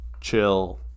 chill